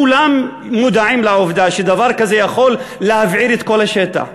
כולם מודעים לעובדה שדבר כזה יכול להבעיר את כל השטח,